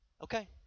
Okay